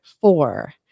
four